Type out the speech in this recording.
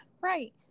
Right